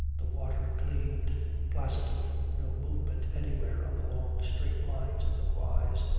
the water gleamed placidly, no movement anywhere on the long straight lines of the quays,